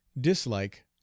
Dislike—